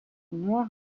noir